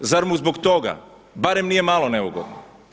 Zar mu zbog toga barem nije malo neugodno?